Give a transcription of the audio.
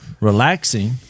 relaxing